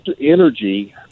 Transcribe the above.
energy